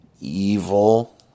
evil